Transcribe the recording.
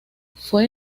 fue